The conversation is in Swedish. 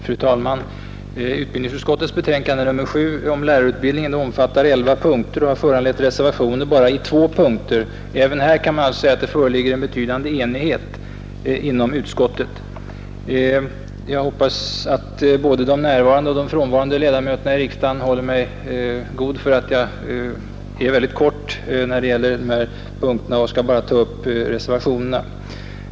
Fru talman! Utbildningsutskottets betänkande nr 7 om lärarutbildningen omfattar elva punkter men har föranlett reservationer bara på två punkter. Även här kan man alltså säga att det föreligger en betydande enighet inom utskottet. Jag hoppas att både de närvarande och de frånvarande ledamöterna av riksdagen håller mig räkning för att jag är väldigt kortfattad när det gäller de här punkterna och bara tar upp reservationerna.